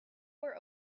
were